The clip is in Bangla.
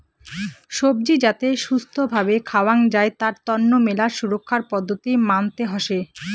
সবজি যাতে ছুস্থ্য ভাবে খাওয়াং যাই তার তন্ন মেলা সুরক্ষার পদ্ধতি মানতে হসে